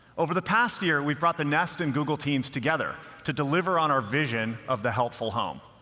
over the past year, we've brought the nest and google teams together to deliver on our vision of the helpful home.